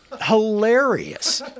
Hilarious